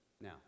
Now